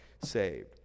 saved